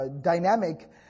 dynamic